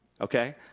okay